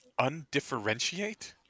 undifferentiate